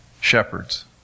shepherds